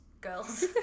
girls